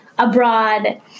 Abroad